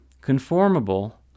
Conformable